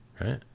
Right